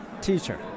teacher